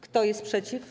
Kto jest przeciw?